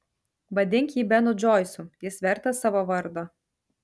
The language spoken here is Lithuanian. vadink jį benu džoisu jis vertas savo vardo